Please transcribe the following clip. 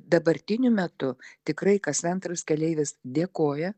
dabartiniu metu tikrai kas antras keleivis dėkoja